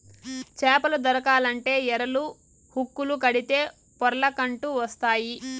చేపలు దొరకాలంటే ఎరలు, హుక్కులు కడితే పొర్లకంటూ వస్తాయి